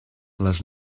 les